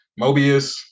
Mobius